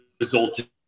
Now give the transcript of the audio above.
resulted